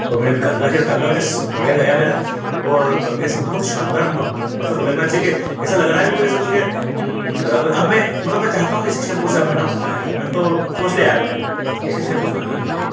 और मैंने आभी कंघा किया कंघा अभी क्या बढ़िया गया मेरा और कंघे से बहुत शानदार म मतलब लगना चाहिए कि ऐसा लग रहा है कोई जैसे कोई के अब मैं मतलब मैं चाहता हूँ इसी शैम्पू से अब मैं नहाऊँगा यार मैंने तो सोच लिया यार भाई इसी शैम्पू से नहाना है मुझे अब